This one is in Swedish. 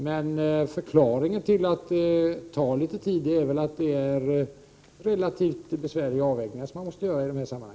Men förklaringen till att det tar litet tid är att det är relativt besvärliga avvägningar som måste göras i dessa sammanhang.